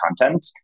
content